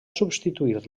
substituir